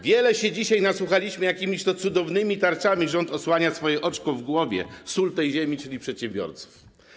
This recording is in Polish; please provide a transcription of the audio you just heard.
Wiele się dzisiaj nasłuchaliśmy, jakimiż to cudownymi tarczami rząd osłania swoje oczko w głowie, sól tej ziemi, czyli przedsiębiorców.